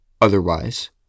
otherwise